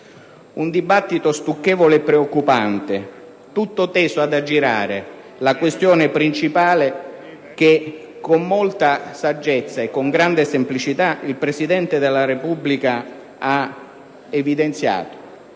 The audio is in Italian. un dibattito stucchevole e preoccupante, tutto teso ad aggirare la questione principale che con molta saggezza e con grande semplicità il Presidente della Repubblica ha evidenziato